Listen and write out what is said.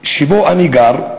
שבו אני גר,